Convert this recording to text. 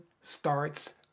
starts